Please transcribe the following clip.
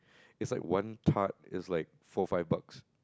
it's like one tart it's like four five bucks